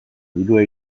dirua